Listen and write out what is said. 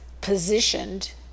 positioned